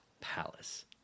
palace